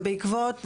ובעקבות,